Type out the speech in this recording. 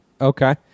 Okay